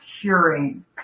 curing